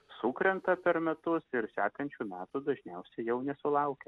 sukrenta per metus ir sekančių metų dažniausiai jau nesulaukia